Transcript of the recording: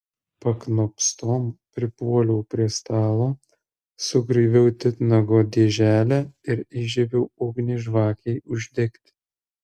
paknopstom pripuoliau prie stalo sugraibiau titnago dėželę ir įžiebiau ugnį žvakei uždegti